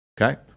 Okay